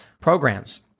programs